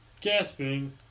gasping